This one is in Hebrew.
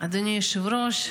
אדוני היושב-ראש,